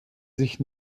sich